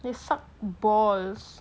they suck balls